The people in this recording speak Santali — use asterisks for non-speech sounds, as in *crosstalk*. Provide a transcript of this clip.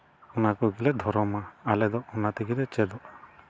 ᱚᱱᱟ ᱠᱚᱜᱮᱞᱮ ᱫᱷᱚᱨᱚᱢᱟ ᱟᱞᱮ ᱫᱚ ᱚᱱᱟ ᱛᱮᱜᱮ ᱞᱮ *unintelligible*